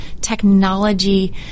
technology